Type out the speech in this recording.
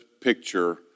picture